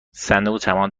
صندوق